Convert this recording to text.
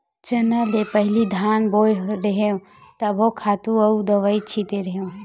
चना ले पहिली धान बोय रेहेव तभो खातू अउ दवई छिते रेहेव